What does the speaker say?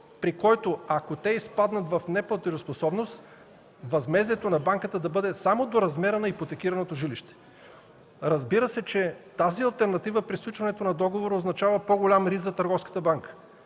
при който ако те изпаднат в неплатежоспособност, възмездието на банката да бъде само до размера на ипотекираното жилище! Разбира се, че тази алтернатива при сключването на договора означава по-голям риск за търговската банка.